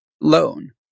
loan